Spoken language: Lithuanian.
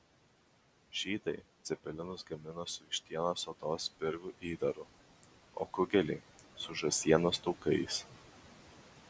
žydai cepelinus gamino su vištienos odos spirgų įdaru o kugelį su žąsienos taukais